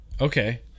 Okay